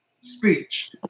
speech